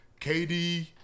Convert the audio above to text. KD